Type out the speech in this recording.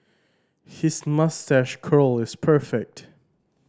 his moustache curl is perfect